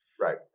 Right